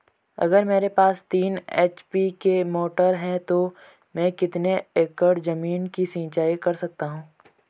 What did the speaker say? अगर मेरे पास तीन एच.पी की मोटर है तो मैं कितने एकड़ ज़मीन की सिंचाई कर सकता हूँ?